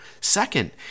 Second